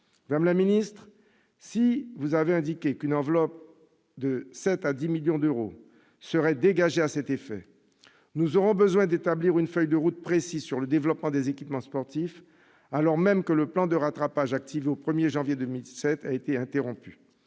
Madame la ministre, si avez indiqué qu'une enveloppe de 7 millions d'euros à 10 millions d'euros serait dégagée à cet effet, nous aurons besoin d'établir une feuille de route précise sur le développement des équipements sportifs, alors même que le plan de rattrapage activé au 1 janvier 2017 a été interrompu.